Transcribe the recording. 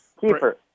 Keeper